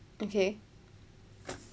okay